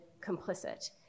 complicit